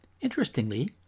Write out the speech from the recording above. Interestingly